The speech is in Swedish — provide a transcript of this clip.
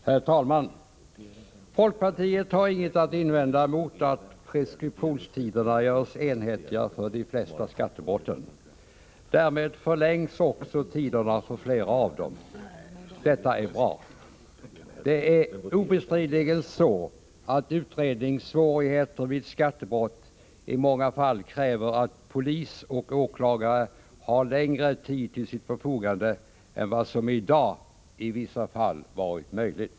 Herr talman! Folkpartiet har inget att invända mot att preskriptionstiderna görs enhetliga för de flesta skattebrott. Därmed förlängs också tiderna för flera av dem. Detta är bra. Det är obestridligen så att utredningssvårigheterna vid skattebrott i många fall kräver att polis och åklagare har längre tid till sitt förfogande än vad som i dag i vissa fall har varit möjligt.